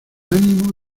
ánimo